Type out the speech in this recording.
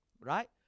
right